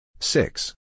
Six